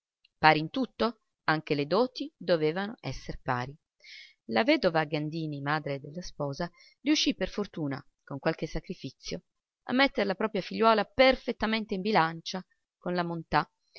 pari in tutto anche le doti dovevano esser pari la vedova gandini madre della sposa riuscì per fortuna con qualche sacrifizio a metter la propria figliuola perfettamente in bilancia con la montà